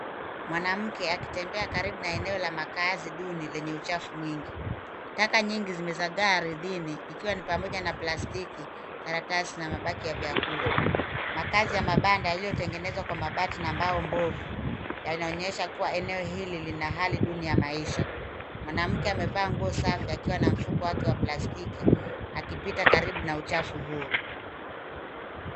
Mwanamke akitembea karibu na eneo la makaazi duni lenye uchafu mwingi ,taka nyingi zimezaga ardhini ikiwa ni pamoja na plastiki ,karatasi na mabaki ya vyakula ,makazi ya mabanda yaliyotengenezwa kwa mabati na mbao mbovu yanaonyesha kuwa eneo hili lina hali duni ya maisha, mwanamke amevaa nguo safi akiwa na mfuko wake wa plastiki akipita karibu na uchafu huo.